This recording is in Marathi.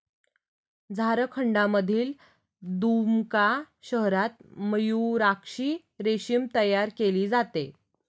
झारखंडमधील दुमका शहरात मयूराक्षी रेशीम तयार केले जाते